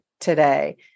today